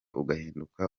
ugahinduka